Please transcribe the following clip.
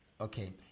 Okay